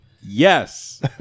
Yes